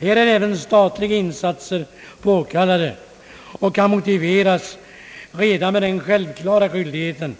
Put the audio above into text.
Här får även statliga insatser anses påkallade och kan motiveras redan med den självklara skyldigheten